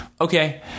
Okay